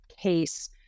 case